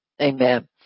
Amen